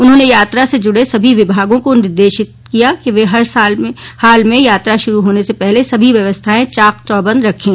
उन्होंने यात्रा से जुडे सभी विभागों को निर्देशित किया कि वे हर हाल में यात्रा शुरू होने से पहले सभी व्यवस्थाएं चाक चौबंद रखें